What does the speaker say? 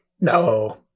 No